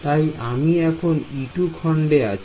তাই আমি এখন খণ্ডে আছি